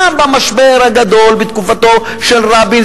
גם במשבר הגדול בתקופתו של רבין,